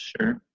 Sure